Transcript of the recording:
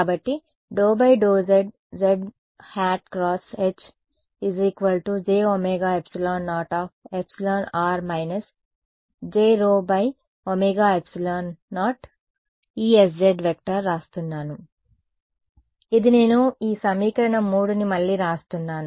కాబట్టి ∂∂z zˆ × H j ωε0 ε r − jσωε0 Esz వ్రాస్తున్నాను ఇది నేను ఈ సమీకరణ 3 ని మళ్లీ వ్రాస్తున్నాను